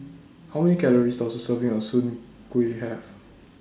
How Many Calories Does A Serving of Soon Kuih Have